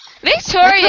Victoria